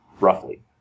roughly